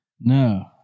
No